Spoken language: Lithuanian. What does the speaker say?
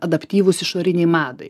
adaptyvūs išorinei madai